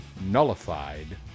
nullified